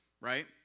right